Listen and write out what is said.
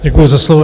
Děkuju za slovo.